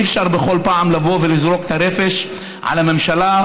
אי-אפשר בכל פעם לבוא ולזרוק את הרפש על הממשלה,